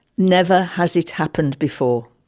never has it happened before.